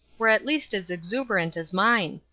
were at least as exuberant as mine.